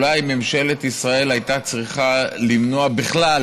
אולי ממשלת ישראל הייתה צריכה למנוע בכלל,